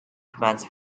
commands